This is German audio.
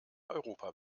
europa